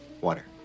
water